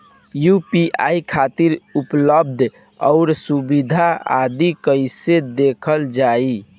UPI खातिर उपलब्ध आउर सुविधा आदि कइसे देखल जाइ?